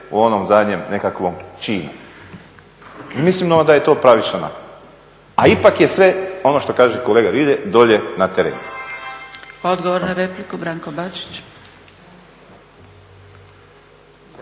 u onom zadnjem nekakvom činu. Mislimo da je to pravično …, a ipak je sve ono što kaže kolega Rilje dolje na terenu. Hvala. **Zgrebec, Dragica